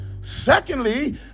Secondly